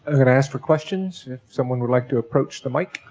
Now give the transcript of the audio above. ah gonna ask for questions if someone would like to approach the mic.